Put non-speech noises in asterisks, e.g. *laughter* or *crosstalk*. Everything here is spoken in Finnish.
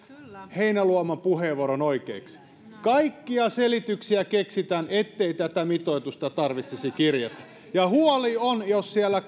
heinäluoman puheenvuoron oikeaksi kaikkia selityksiä keksitään ettei tätä mitoitusta tarvitsisi kirjata ja jos siellä *unintelligible*